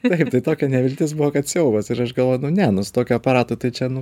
taip tai tokia neviltis buvo kad siaubas ir aš galvoju nu ne nu su tokiu aparatu tai čia nu